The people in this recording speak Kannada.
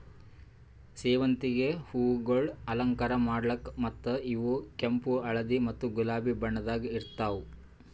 ಸೇವಂತಿಗೆ ಹೂವುಗೊಳ್ ಅಲಂಕಾರ ಮಾಡ್ಲುಕ್ ಮತ್ತ ಇವು ಕೆಂಪು, ಹಳದಿ ಮತ್ತ ಗುಲಾಬಿ ಬಣ್ಣದಾಗ್ ಇರ್ತಾವ್